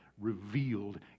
revealed